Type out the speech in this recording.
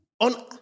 on